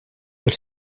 els